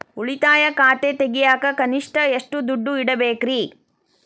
ಉಳಿತಾಯ ಖಾತೆ ತೆಗಿಯಾಕ ಕನಿಷ್ಟ ಎಷ್ಟು ದುಡ್ಡು ಇಡಬೇಕ್ರಿ?